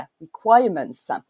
requirements